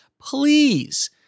please